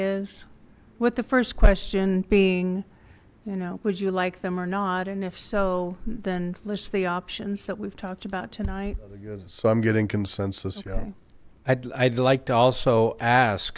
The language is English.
is what the first question being you know would you like them or not and if so then list the options that we've talked about tonight so i'm getting consensus yeah i'd like to also ask